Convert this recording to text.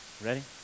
ready